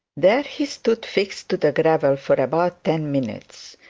there he stood fixed to the gravel for about ten minutes.